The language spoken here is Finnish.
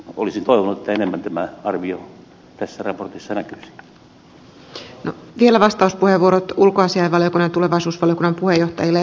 olisin toivonut että enemmän tämä arvio tässä raportissa näkyisi